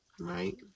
Right